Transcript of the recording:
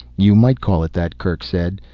you might call it that, kerk said.